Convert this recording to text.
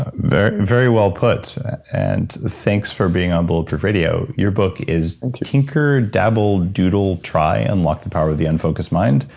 ah very very well put and thanks for being on bulletproof radio. your book is tinker dabble doodle try, unlock the power of the unfocused mind.